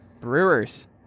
Brewers